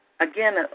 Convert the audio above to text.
Again